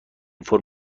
فرم